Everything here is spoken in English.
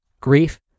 grief